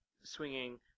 swinging